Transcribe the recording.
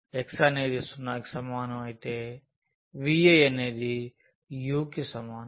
x అనేది 0 కి సమానం అయితే viఅనేది u కి సమానం